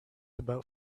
about